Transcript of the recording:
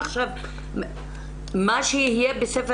מה שיהיה בספר